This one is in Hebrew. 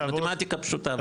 מתמטיקה פשוטה,